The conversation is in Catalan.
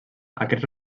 aquests